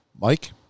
Mike